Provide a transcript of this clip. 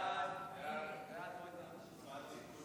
סעיף 1 נתקבל.